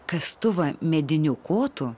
kastuvą mediniu kotu